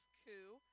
coup